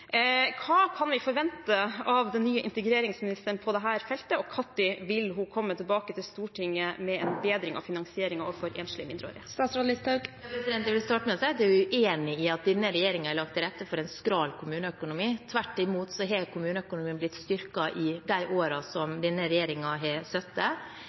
Hva kan vi forvente av den nye integreringsministeren på dette feltet, og når vil hun komme tilbake til Stortinget med en bedring av finansieringen overfor enslige mindreårige? Jeg vil starte med å si at jeg er uenig i at denne regjeringen har lagt til rette for en skral kommuneøkonomi. Tvert imot har kommuneøkonomien blitt styrket i de